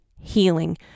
healing